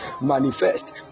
manifest